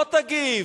לא תגיב.